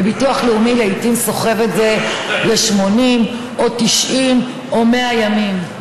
וביטוח לאומי לעיתים סוחב את זה ל-80 או 90 או 100 ימים.